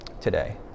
today